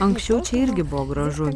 anksčiau čia irgi buvo gražu